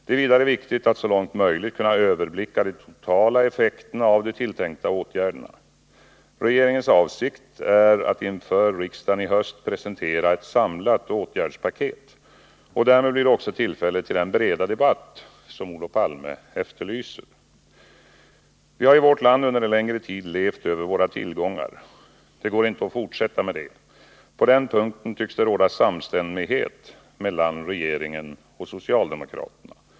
Det är vidare viktigt att så långt möjligt kunna överblicka de totala effekterna av de tilltänkta åtgärderna. Regeringens avsikt är att inför riksdagen i höst presentera ett samlat åtgärdspaket. Därmed blir det också tillfälle till den breda debatt som Olof Palme efterlyser. Vi har i vårt land under en längre tid levt över våra tillgångar. Det går inte att fortsätta med det. På den punkten tycks det råda samstämmighet mellan regeringen och socialdemokraterna.